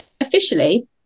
officially